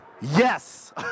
Yes